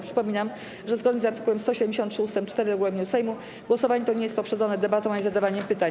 Przypominam, że zgodnie z art. 173 ust. 4 regulaminu Sejmu głosowanie to nie jest poprzedzone debatą ani zadawaniem pytań.